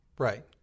Right